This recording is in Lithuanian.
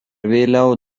vėliau